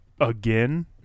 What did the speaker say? again